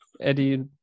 Eddie